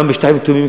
גם בשטחים כתומים,